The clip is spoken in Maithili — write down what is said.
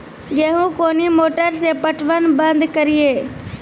गेहूँ कोनी मोटर से पटवन बंद करिए?